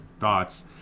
thoughts